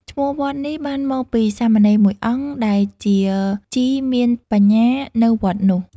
ឈ្មោះវត្តនេះបានមកពីសាមណេរមួយអង្គដែលជាជីមានបញ្ញានៅវត្តនោះ។